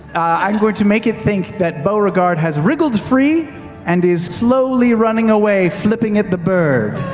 i'm going to make it think that beauregard has wriggled free and is slowly running away, flipping it the bird.